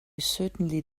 certainly